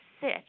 sit